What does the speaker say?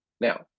Now